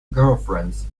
girlfriends